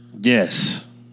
Yes